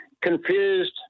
confused